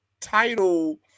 title